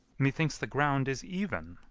methinks the ground is even.